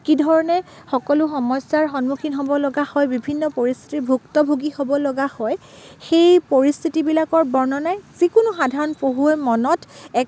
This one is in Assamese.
কি ধৰণে সকলো সমস্যাৰ সন্মুখীন হ'ব লগা হয় বিভিন্ন পৰিস্থিতিৰ ভুক্তভোগী হ'ব লগা হয় সেই পৰিস্থিতিবিলাকৰ বৰ্ণনাই যিকোনো সাধাৰণ পঢ়ুৱৈৰ মনত এক